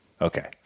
okay